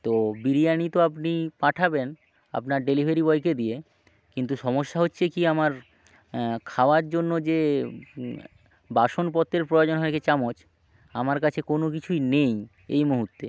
তো বিরিয়ানি তো আপনি পাঠাবেন আপনার ডেলিভারি বয়কে দিয়ে কিন্তু সমস্যা হচ্ছে কী আমার খাওয়ার জন্য যে বাসনপত্রের প্রয়োজন হয় গে চামচ আমার কাছে কোনো কিছুই নেই এই মুহুর্তে